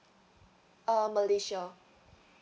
uh malaysia